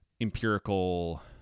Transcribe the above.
empirical